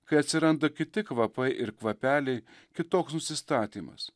kai atsiranda kiti kvapai ir kvapeliai kitoks nusistatymas